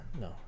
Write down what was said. no